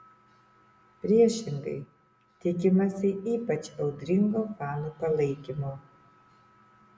priešingai tikimasi ypač audringo fanų palaikymo